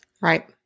Right